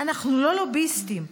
אנחנו לא לוביסטים.